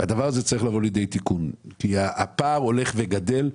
זה דבר שצריך לתקן, כי הפער הולך וגדל.